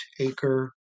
acre